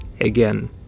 Again